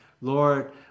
Lord